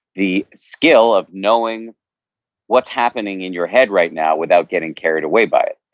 the skill of knowing what's happening in your head right now without getting carried away by it,